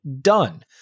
done